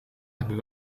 hebben